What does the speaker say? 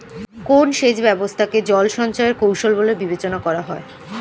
কোন সেচ ব্যবস্থা কে জল সঞ্চয় এর কৌশল বলে বিবেচনা করা হয়?